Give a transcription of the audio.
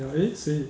ya eh 谁